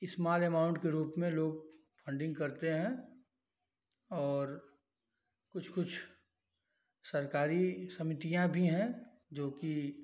small amount के रूप में लोग फण्डिन्ग करते हैं और कुछ कुछ सरकारी समितियाँ भी हैं जोकि